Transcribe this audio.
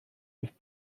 with